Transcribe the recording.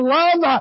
love